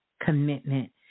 Commitment